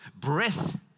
breath